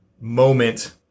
moment